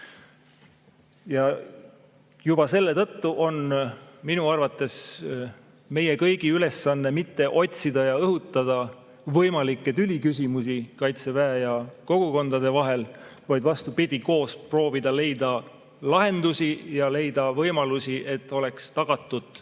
Juba selle tõttu on minu arvates meie kõigi ülesanne mitte otsida ja õhutada võimalikke tüliküsimusi Kaitseväe ja kogukondade vahel, vaid vastupidi, koos proovida leida lahendusi ja leida võimalusi, et oleks tagatud